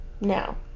No